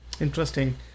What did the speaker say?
interesting